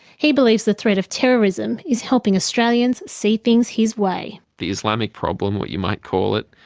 he believes the threat of terrorism is helping australians see things his way. the islamic problem what you might call it,